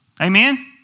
Amen